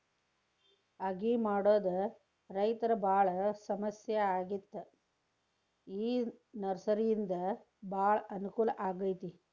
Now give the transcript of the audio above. ಅಗಿ ಮಾಡುದ ರೈತರು ಬಾಳ ಸಮಸ್ಯೆ ಆಗಿತ್ತ ಈ ನರ್ಸರಿಯಿಂದ ಬಾಳ ಅನಕೂಲ ಆಗೈತಿ